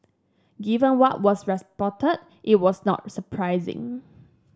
given what was reported it was not surprising